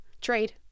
Trade